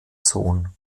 sohn